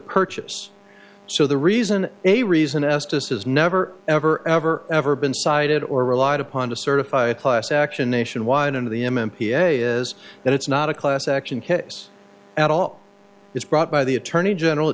purchase so the reason a reason estus has never ever ever ever been cited or relied upon to certify a class action nationwide in the m p a is that it's not a class action case at all it's brought by the attorney general